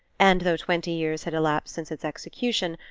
and, though twenty years had elapsed since its execution,